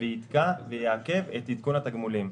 יתקע ויעכב את עדכון התגמולים.